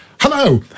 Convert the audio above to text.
Hello